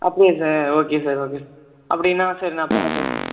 அப்படியா sir okay sir okay sir அப்படின்னால் சரி நான் பார்க்குறேன் சார்